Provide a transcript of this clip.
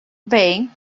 bem